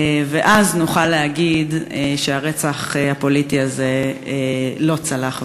ואז נוכל להגיד שהרצח הפוליטי הזה לא צלח,